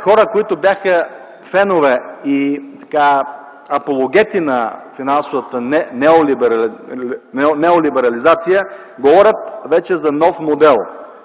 Хора, които бяха фенове и апологети на финансовата неолиберализация, говорят вече за нов модел.